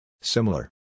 Similar